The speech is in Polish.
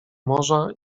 morza